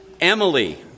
Emily